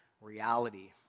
reality